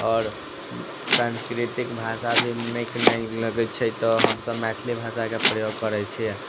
आओर सांस्कृतिक भाषा भी नीक नहि लगै छै तऽ हमसब मैथिली भाषाके प्रयोग करै छियै